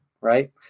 right